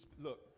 look